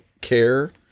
care